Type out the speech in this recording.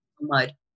mud